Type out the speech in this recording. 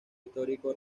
histórico